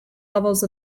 levels